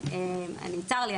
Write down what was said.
צר לי,